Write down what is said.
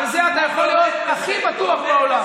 בזה אתה יכול להיות הכי בטוח בעולם.